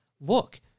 look